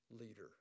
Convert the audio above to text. leader